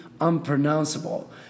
unpronounceable